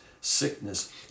sickness